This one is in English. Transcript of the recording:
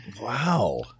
Wow